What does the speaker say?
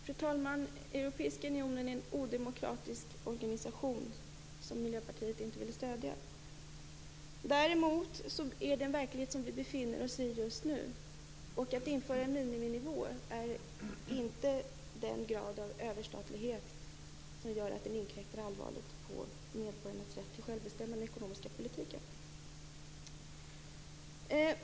Fru talman! Europeiska unionen är en odemokratisk organisation som Miljöpartiet inte ville stödja. Däremot är det en verklighet som vi befinner oss i just nu, och att införa en miniminivå är inte den grad av överstatlighet som inkräktar allvarligt på medborgarnas rätt till självbestämmande i den ekonomiska politiken.